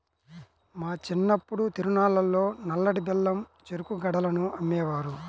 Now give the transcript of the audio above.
మా చిన్నప్పుడు తిరునాళ్ళల్లో నల్లటి బెల్లం చెరుకు గడలను అమ్మేవారు